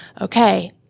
okay